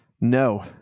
No